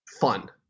fun